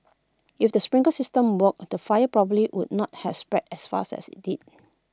if the sprinkler system worked the fire probably would not have spread as fast as IT did